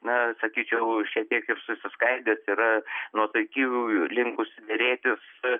na sakyčiau šiek tiek ir susiskaidęs yra nuosaikių linkusių derėtis